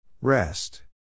Rest